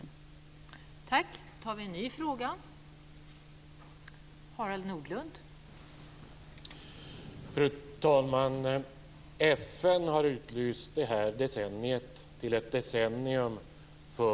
En icke-våldskultur